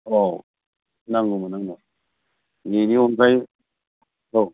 औ नांगौमोन आंनो बेनि अनगायै औ